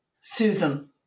Susan